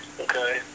Okay